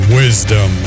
wisdom